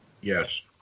Yes